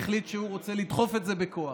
שהחליט שהוא רוצה לדחוף את זה בכוח.